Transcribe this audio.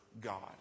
God